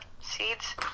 seeds